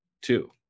Two